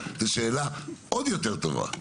זו שאלה עוד יותר טובה.